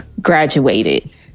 graduated